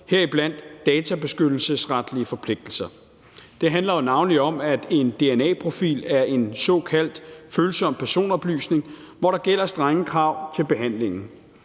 heriblandt databeskyttelsesretlige forpligtelser. Det handler jo navnlig om, at en dna-profil er en såkaldt følsom personoplysning, som der gælder strenge krav til behandlingen